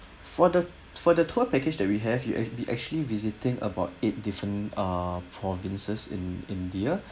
for the for the tour package that we have you'll be actually visiting about eight different ah provinces in india